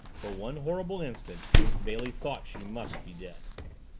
for one horrible instant bailey thought she must be dead.